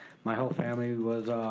my whole family was,